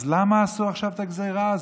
אז למה עשו עכשיו את הגזרה הזאת?